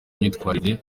imyitwarire